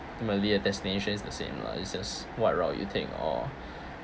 ultimately the destination is the same lah it's just what route you take or